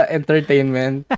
entertainment